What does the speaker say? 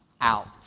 out